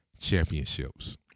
championships